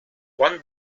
one